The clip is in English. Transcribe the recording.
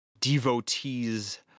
devotees